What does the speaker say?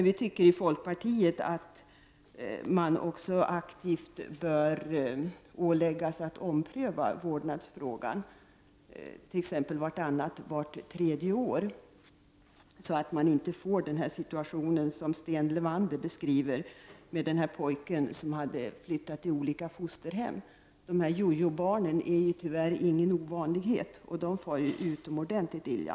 Vi i folkpartiet menar att man också aktivt bör åläggas att ompröva vårdnadsfrågan, t.ex. vart annat eller vart tredje år, detta för att vi skall slippa situationer av den typ som Sten Levander ger exempel på i sin beskrivning av pojken som flyttat runt till olika fosterhem. Det är tyvärr inte ovanligt med dessa jojobarn. Och de far utomordentligt illa.